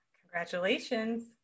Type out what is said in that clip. Congratulations